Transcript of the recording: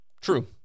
True